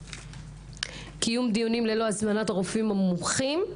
קיום ללא הזמנת הרופאים המומחים.